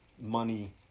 money